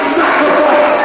sacrifice